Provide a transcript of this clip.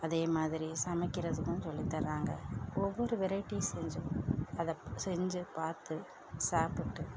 அதே மாதிரி சமைக்கிறதுக்கும் சொல்லி தராங்க ஒவ்வொரு வெரைட்டிஸ் செஞ்சு அதை செஞ்சு பார்த்து சாப்பிட்டு